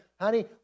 honey